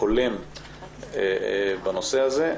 הולם בנושא הזה,